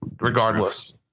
regardless